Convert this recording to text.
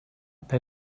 they